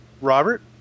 Robert